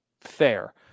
Fair